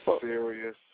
serious